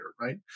Right